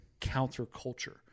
counterculture